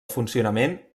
funcionament